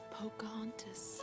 Pocahontas